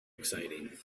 exciting